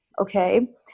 Okay